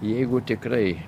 jeigu tikrai